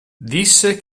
disse